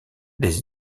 des